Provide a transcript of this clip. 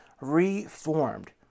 reformed